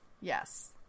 yes